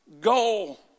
goal